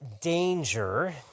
danger